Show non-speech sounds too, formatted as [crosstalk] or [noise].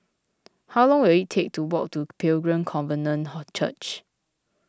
how long will it take to walk to Pilgrim Covenant [hesitation] Church